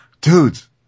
Dudes